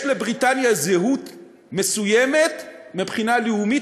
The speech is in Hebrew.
יש לבריטניה זהות מסוימת מבחינה לאומית,